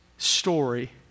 Story